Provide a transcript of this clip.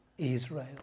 Israel